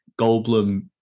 Goldblum